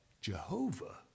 Jehovah